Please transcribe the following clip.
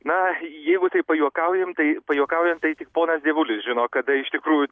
na jeigu taip pajuokaujam tai pajuokaujant tai tik ponas dievulis žino kada iš tikrųjų